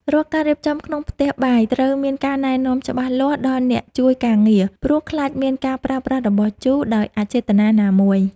រាល់ការរៀបចំក្នុងផ្ទះបាយត្រូវមានការណែនាំច្បាស់លាស់ដល់អ្នកជួយការងារ ព្រោះ ខ្លាចមានការប្រើប្រាស់របស់ជូរដោយអចេតនាណាមួយ។